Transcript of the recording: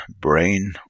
Brain